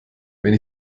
wenn